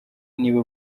niba